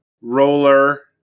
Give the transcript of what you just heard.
Roller